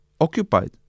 occupied